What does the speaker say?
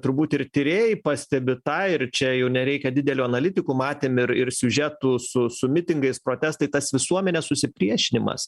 turbūt ir tyrėjai pastebi tą ir čia jau nereikia didelių analitikų matėm ir ir siužetų su su mitingais protestai tas visuomenės susipriešinimas